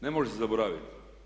Ne može se zaboraviti.